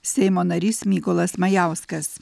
seimo narys mykolas majauskas